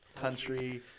country